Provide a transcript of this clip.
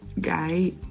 guy